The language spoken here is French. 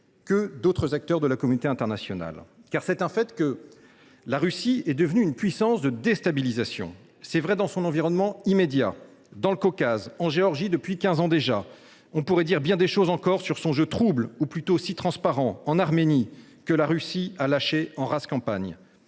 autres acteurs de la communauté internationale. Il est incontestable en effet que la Russie est devenue une puissance de déstabilisation. C’est vrai dans son environnement immédiat, dans le Caucase, en Géorgie, depuis quinze ans déjà. On pourrait dire bien des choses aussi sur son jeu trouble, ou plutôt si transparent, envers l’Arménie, que la Russie a lâchée en rase campagne.